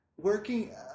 working